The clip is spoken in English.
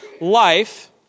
life